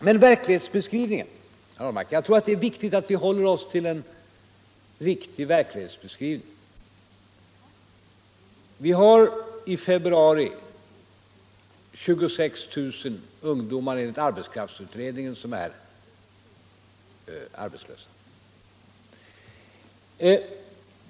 Men verklighetsbeskrivningen, herr Ahlmark! Jag tror att det är viktigt att vi håller oss till en riktig verklighetsbeskrivning: Vi har i februari enligt arbetskraftsutredningen 26 000 ungdomar som är arbetslösa.